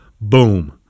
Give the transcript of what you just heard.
Boom